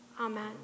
Amen